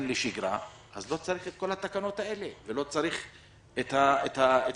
לשגרה אז לא צריך את כל התקנות האלה ולא צריך את החוק הזה.